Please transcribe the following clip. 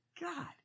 God